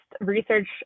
research